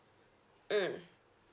mm